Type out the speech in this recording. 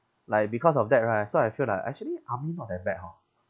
like because of that right so I feel like actually army not that bad hor